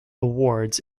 awards